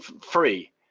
free